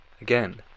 again